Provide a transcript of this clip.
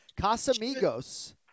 Casamigos